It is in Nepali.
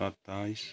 सत्ताइस